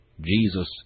Jesus